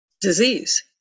disease